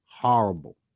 Horrible